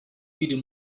video